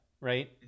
right